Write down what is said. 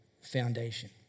foundation